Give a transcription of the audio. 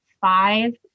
five